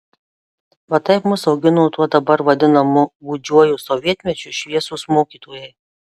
va taip mus augino tuo dabar vadinamu gūdžiuoju sovietmečiu šviesūs mokytojai